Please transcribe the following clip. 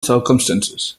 circumstances